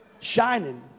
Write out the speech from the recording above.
shining